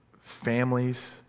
families